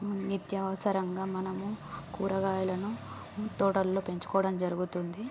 నిత్య అవసరంగా మనము కూరగాయలను తోటల్లో పెంచుకోవడం జరుగుతుంది